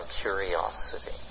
curiosity